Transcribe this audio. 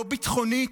לא ביטחונית,